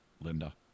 Linda